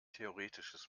theoretisches